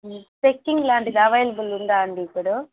trekking లాంటిది available ఉందా అండీ ఇప్పుడు